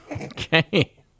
Okay